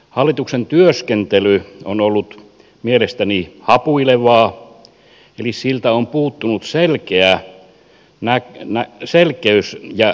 hallituksen työskentely on ollut mielestäni hapuilevaa eli siltä on puuttunut selkeys ja jämäkkyys